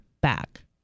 back